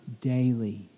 daily